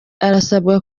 arasabwa